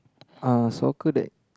uh soccer that